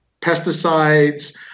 pesticides